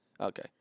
Okay